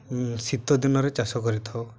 ଶୀତ ଦିନରେ ଚାଷ କରିଥାଉ